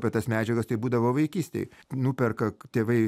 apie tas medžiagas tai būdavo vaikystėj nuperka tėvai